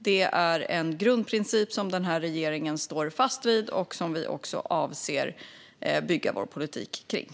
Det är en grundprincip som den här regeringen står fast vid och som vi också avser att bygga vår politik kring.